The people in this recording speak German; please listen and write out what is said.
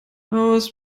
aus